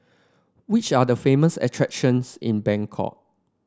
which are the famous attractions in Bangkok